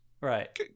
right